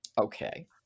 Okay